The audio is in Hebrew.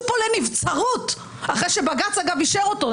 פה לנבצרות אחרי שבג"ץ אגב אישר אותו,